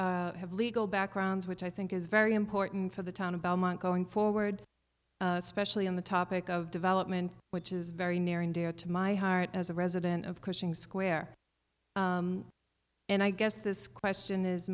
candidates have legal backgrounds which i think is very important for the town about going forward especially on the topic of development which is very near and dear to my heart as a resident of coaching square and i guess this question is